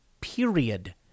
period